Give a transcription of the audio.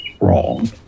wrong